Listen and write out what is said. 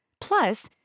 Plus